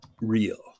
real